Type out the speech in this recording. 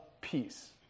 peace